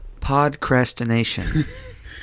podcrastination